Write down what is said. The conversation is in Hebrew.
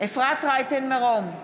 אפרת רייטן מרום,